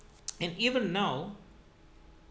and even now